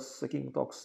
sakykim toks